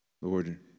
Lord